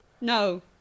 No